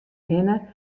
hinne